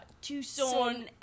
Tucson